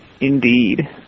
Indeed